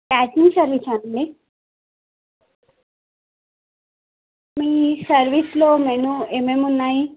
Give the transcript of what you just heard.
catering సర్వీసా అండి మీ సర్వీస్లో మెను ఏమేమిన్నాయి